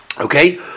Okay